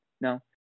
no